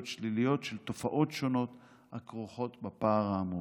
שליליות של תופעות שונות הכרוכות בפער האמור.